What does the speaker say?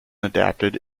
adapted